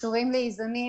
לאיזונים,